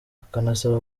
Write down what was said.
akanasaba